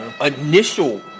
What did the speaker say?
initial